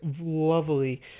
Lovely